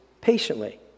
patiently